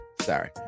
Sorry